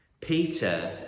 Peter